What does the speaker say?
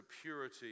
purity